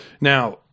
Now